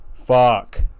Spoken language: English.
fuck